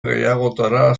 gehiagotara